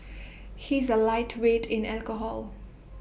he is A lightweight in alcohol